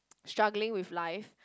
struggling with life